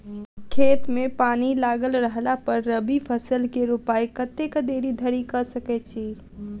खेत मे पानि लागल रहला पर रबी फसल केँ रोपाइ कतेक देरी धरि कऽ सकै छी?